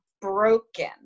broken